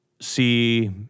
see